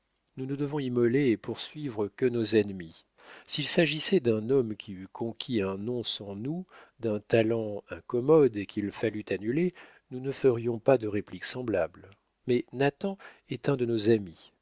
nous ne devons immoler et poursuivre que nos ennemis s'il s'agissait d'un homme qui eût conquis un nom sans nous d'un talent incommode et qu'il fallût annuler nous ne ferions pas de réplique semblable mais nathan est un de nos amis